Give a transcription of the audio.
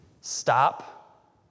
Stop